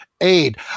aid